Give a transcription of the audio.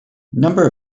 number